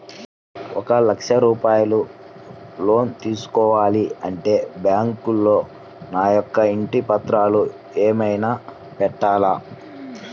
ఒక లక్ష రూపాయలు లోన్ తీసుకోవాలి అంటే బ్యాంకులో నా యొక్క ఇంటి పత్రాలు ఏమైనా పెట్టాలా?